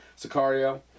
Sicario